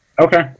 Okay